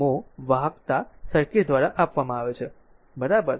1 mho વાહકતા circuit દ્વારા આપવામાં આવે છે બરાબર